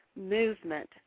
movement